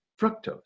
Fructose